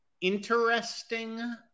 interesting